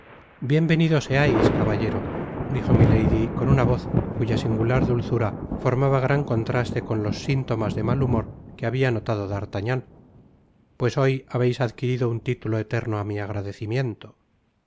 bien venido seais caballero dijo milady con una voz cuya singular duw zura formaba gran contraste con los sintomas de mal humor que habia notado d'artagnan pues hoy habeis adquirido un tituló eterno á mi agradeci